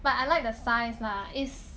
but I like the size lah is